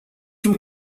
from